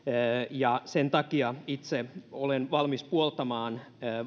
ja sen takia itse olen valmis puoltamaan